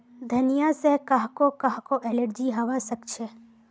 धनिया से काहको काहको एलर्जी हावा सकअछे